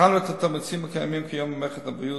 בחנו את התמריצים הקיימים כיום במערכת הבריאות,